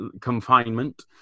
confinement